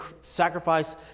sacrifice